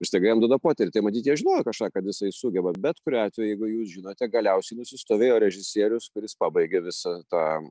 ir staiga jam duoda poterį tai matyt jie žinojo kažką kad jisai sugeba bet kuriuo atveju jeigu jūs žinote galiausiai nusistovėjo režisierius kuris pabaigė visą tą